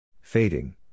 Fading